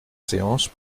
séance